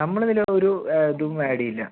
നമ്മളിതില് ഒരു ഇതും ആഡ് ചെയ്യില്ല